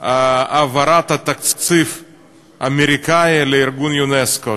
העברת התקציב האמריקני לארגון אונסק"ו,